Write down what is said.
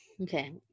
Okay